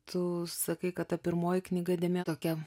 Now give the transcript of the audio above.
tu sakai kad ta pirmoji knyga dėmė tokia